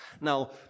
Now